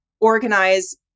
organize